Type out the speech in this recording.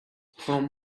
from